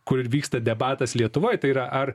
kur vyksta debatas lietuvoj tai yra ar